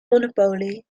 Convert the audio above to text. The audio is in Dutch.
monopolie